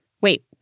Wait